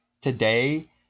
today